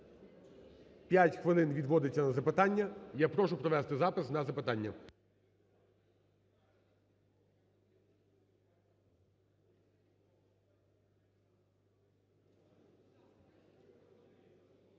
хвилин відводиться на запитання. Я прошу провести запис на запитання.